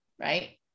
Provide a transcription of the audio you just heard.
Right